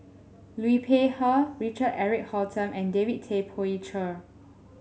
Liu Peihe Richard Eric Holttum and David Tay Poey Cher